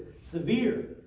severe